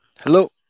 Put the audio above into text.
Hello